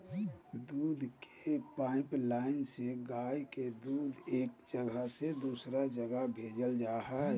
दूध के पाइपलाइन से गाय के दूध एक जगह से दोसर जगह भेजल जा हइ